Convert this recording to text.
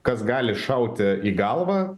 kas gali šauti į galvą